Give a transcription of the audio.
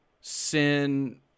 sin